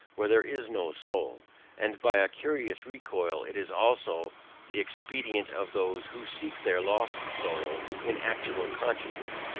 where there is no soul and by a curious recoil, it is also the expedient of those who seek their lost soul in actual consciousness,